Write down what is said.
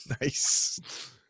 Nice